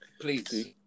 please